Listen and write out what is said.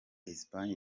espagne